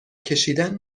کشیدن